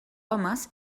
homes